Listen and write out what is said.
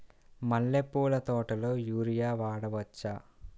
మల్లె పూల తోటలో యూరియా వాడవచ్చా?